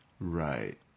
Right